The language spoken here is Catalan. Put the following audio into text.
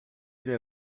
ella